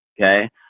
Okay